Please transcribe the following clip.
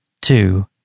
two